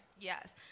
Yes